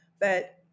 but-